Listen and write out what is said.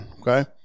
Okay